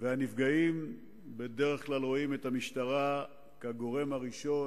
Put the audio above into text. והנפגעים בדרך כלל רואים את המשטרה כגורם הראשון,